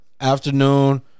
Afternoon